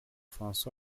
françois